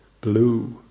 Blue